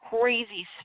crazy